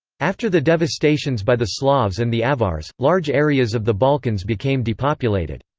after the devastations by the slavs and the avars, large areas of the balkans became depopulated.